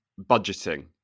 budgeting